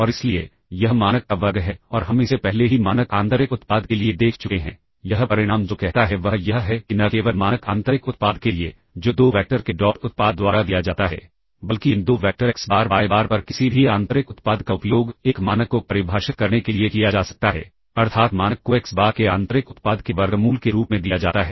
और इसलिए यह मानक का वर्ग है और हम इसे पहले ही मानक आंतरिक उत्पाद के लिए देख चुके हैं यह परिणाम जो कहता है वह यह है कि न केवल मानक आंतरिक उत्पाद के लिए जो दो वैक्टर के डॉट उत्पाद द्वारा दिया जाता है बल्कि इन दो vectors x bar y bar पर किसी भी आंतरिक उत्पाद का उपयोग एक मानक को परिभाषित करने के लिए किया जा सकता है अर्थात मानक को एक्स बार के आंतरिक उत्पाद के वर्गमूल के रूप में दिया जाता है